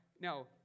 now